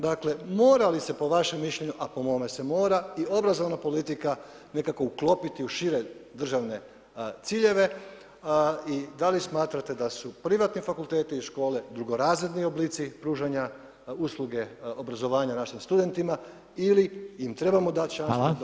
Dakle, mora li se po vašem mišljenju, a po mome se mora i obrazovana politika nekako uklopiti u šire državne ciljeve, i da li smatrate da su privatni fakulteti i škole drugorazredni oblici pružanja usluge obrazovanja našim studentima ili im trebamo dati šansu, da dokažu, da su